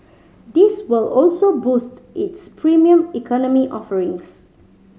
this will also boost its Premium Economy offerings